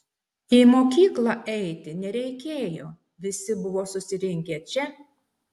į mokyklą eiti nereikėjo visi buvo susirinkę čia